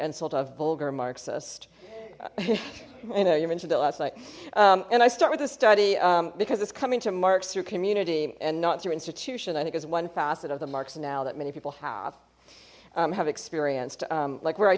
insult of vulgar marxist i know you mentioned it last night and i start with this study because it's coming to marx through community and not through institution i think is one facet of the marks now that many people have have experienced like where i